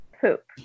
poop